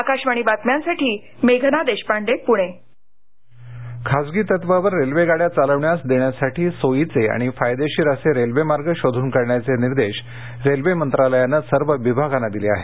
आकाशवाणी बातम्यांसाठी मेघना देशपांडे पुणे रेल्वे खासगी तत्वावर रेल्वेगाड्या चालवण्यास देण्यासाठी सोयीचे आणि फायदेशीर असे रेल्वे मार्ग शोधून काढण्याचे निर्देश रेल्वे मंत्रालयानं सर्व विभागांना दिले आहेत